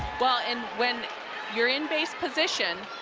well, and when you're in base position,